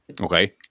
Okay